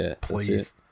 please